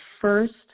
first